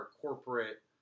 corporate